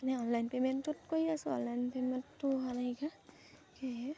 মানে অনলাইন পে'মেণ্টটোত কৰি আছোঁ অনলাইন পে'মেণ্টটো হোৱা নাইকিয়া সেয়েহে